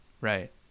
Right